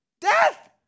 death